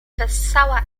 wessała